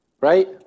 right